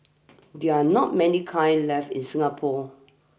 they're not many kilns left in Singapore